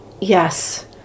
yes